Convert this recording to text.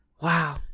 Wow